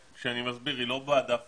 כן, שאני מסביר, היא לא ועדה פיזית.